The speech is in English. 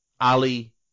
Ali